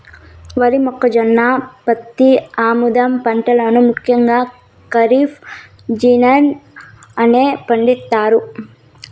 వరి, మొక్కజొన్న, పత్తి, ఆముదం పంటలను ముఖ్యంగా ఖరీఫ్ సీజన్ లో పండిత్తారు